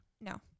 no